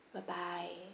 bye bye